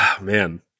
Man